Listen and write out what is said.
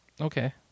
Okay